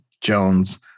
Jones